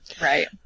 Right